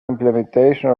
implementation